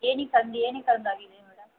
ಏನಕ್ಕೆ ಹಾಗೆ ಏನಕ್ಕೆ ಹಾಗಾಗಿದೆ ಮೇಡಮ್